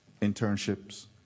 internships